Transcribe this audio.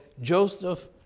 Joseph